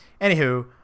Anywho